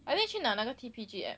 I think 去拿那个 T_P_G app